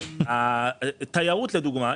תיירות, לדוגמה.